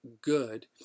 good